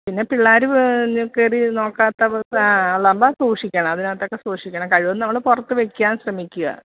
പിന്നെ പിള്ളേർ കയറി നോക്കാത്ത ഉള്ളപ്പം സൂക്ഷിക്കണം അതിനകത്തൊക്കെ സൂക്ഷിക്കണം കഴിവതും നമ്മൾ പുറത്ത് വെയ്ക്കാൻ ശ്രമിക്കുക